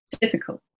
difficult